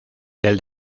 del